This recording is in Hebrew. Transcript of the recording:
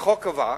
והחוק עבר,